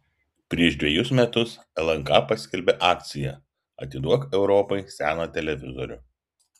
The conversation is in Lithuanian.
prieš dvejus metus lnk paskelbė akciją atiduok europai seną televizorių